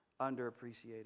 underappreciated